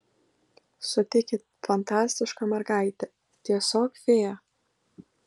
sutikit fantastiška mergaitė tiesiog fėja